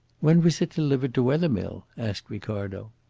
when was it delivered to wethermill? asked ricardo.